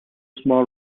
small